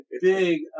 big